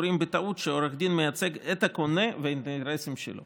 סבורים בטעות שעורך הדין מייצג את הקונה ואת האינטרסים שלו